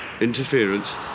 interference